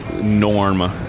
norm